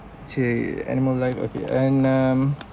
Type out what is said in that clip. !chey! animal live okay and um